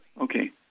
okay